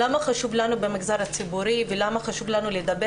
למה חשוב לנו במגזר הציבורי ולמה חשוב לנו לדבר